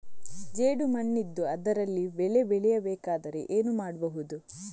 ಜೇಡು ಮಣ್ಣಿದ್ದು ಅದರಲ್ಲಿ ಬೆಳೆ ಬೆಳೆಯಬೇಕಾದರೆ ಏನು ಮಾಡ್ಬಹುದು?